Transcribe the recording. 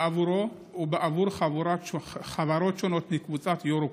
בעבורו ובעבור חברות שונות מקבוצת יורוקום.